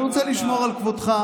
אני רוצה לשמור על כבודך.